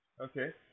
Okay